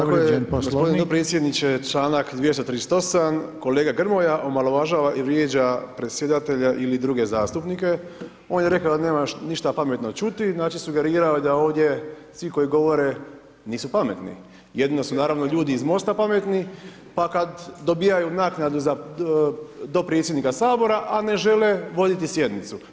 Tako je, gospodine potpredsjedniče, članak 238. kolega Grmoja omalovažava i vrijeđa predsjedatelja ili druge zastupnike, on je rekao da nema ništa pametno čuti, znači sugerirao je da ovdje svi koji govore, nisu pametni, jedino su naravno ljudi iz Mosta pametni, pa kad dobivaju naknadu, za dopredsjednika Sabora, a ne žele voditi sjednicu.